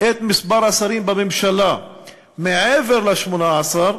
את מספר השרים בממשלה מעבר ל-18,